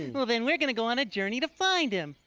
well then, we're gonna go on a journey to find him.